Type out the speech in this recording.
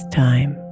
time